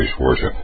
worship